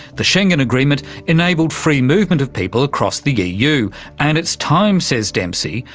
the schengen agreement enabled free movement of people across the eu. and it's time, says dempsey,